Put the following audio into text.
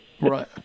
Right